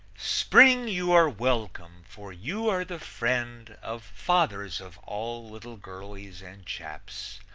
spring, you are welcome, for you are the friend of fathers of all little girlies and chaps.